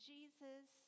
Jesus